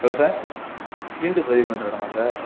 hello sir cylinder பதிவு பண்ணுற இடமா சார்